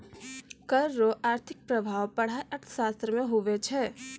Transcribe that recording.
कर रो आर्थिक प्रभाब पढ़ाय अर्थशास्त्र मे हुवै छै